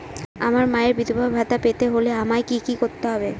আমার মায়ের বিধবা ভাতা পেতে হলে আমায় কি কি করতে হবে?